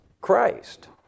Christ